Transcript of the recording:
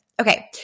Okay